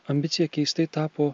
ambicija keistai tapo